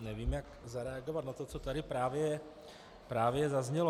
Nevím, jak zareagovat na to, co tady právě zaznělo.